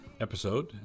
episode